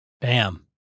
Bam